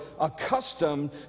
accustomed